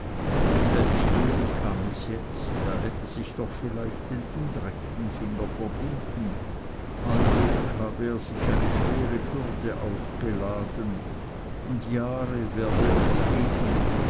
selbst uli kam es jetzt er hätte sich doch vielleicht den unrechten finger verbunden allweg habe er sich eine schwere bürde aufgeladen und jahre werde es gehen